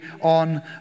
On